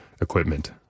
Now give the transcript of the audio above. equipment